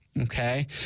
okay